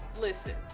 listen